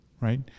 right